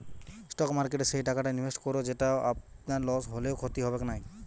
stock মার্কেটে সেই টাকাটা ইনভেস্ট করো যেটো আপনার লস হলেও ক্ষতি হবেক নাই